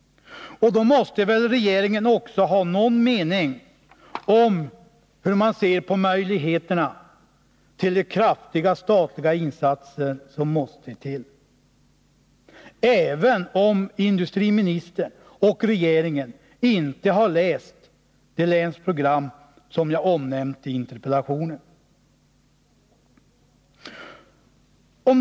Därför måste väl regeringen också ha någon mening om möjligheterna att göra de kraftiga statliga insatser som måste till. Det gäller oavsett om industriministern och regeringen i övrigt har läst det länsprogram som jag omnämnt i interpellationen eller inte.